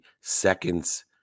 second's